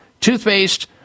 toothpaste